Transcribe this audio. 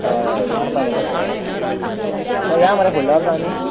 हय हय मारपाक येता खंय तर या मरे फुडल्या वर्सा आमी